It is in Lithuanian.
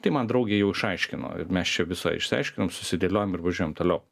tai man draugė jau išaiškino ir mes čia visa išsiaiškinom susidėliojom ir važiuojam toliau